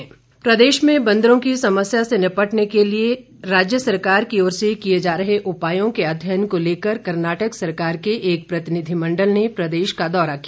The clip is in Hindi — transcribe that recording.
प्रतिनिधिमंडल प्रदेश में बंदरों की समस्या से निपटने के लिए प्रदेश सरकार की ओर से किए जा रहे उपायों के अध्ययन को लेकर कर्नाटक सरकार के एक प्रतिनिधिमंडल ने प्रदेश का दौरा किया